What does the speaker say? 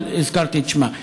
אבל הזכרתי את שמה.